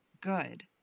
good